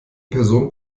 person